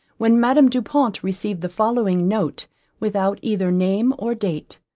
when madame du pont received the following note without either name or date.